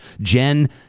jen